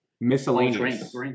Miscellaneous